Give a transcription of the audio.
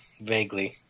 Vaguely